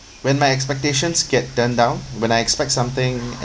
when my expectations get turned down when I expect something